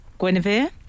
Guinevere